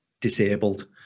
disabled